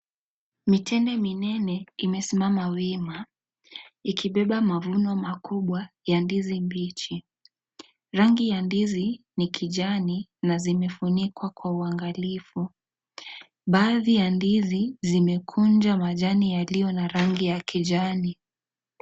Mitenge minene imesimama wima ikibeba mavuno makubwa ya ndizi mbichi ,rangi ya ndizi NI kijani na zimefunikwa kwa uangalifu. Baadhi ya ndizi zimekunja majani yaliyo na rangi ya kijani.